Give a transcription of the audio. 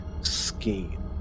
scheme